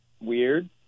weird